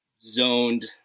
zoned